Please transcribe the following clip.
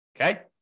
Okay